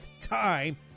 time